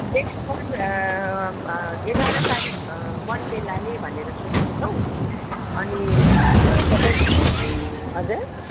next month एघार तारिख Monday लाने भनेर सोचेको छौँ अनि सबै हजुर